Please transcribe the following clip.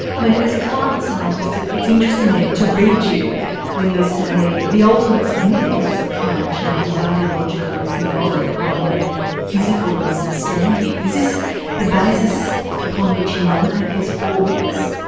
i mean as a climate scientist it's interesting then to read you when you say the ultimate significance of climate change is ideological and symbolic rather than physical and substantive. is this the basis upon which you nominate these four myths?